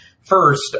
first